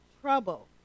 trouble